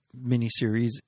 miniseries